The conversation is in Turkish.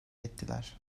ettiler